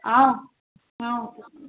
okay sir